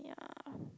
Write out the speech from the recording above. yeah